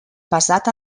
basat